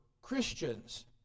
Christians